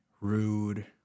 rude